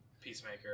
Peacemaker